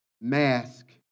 mask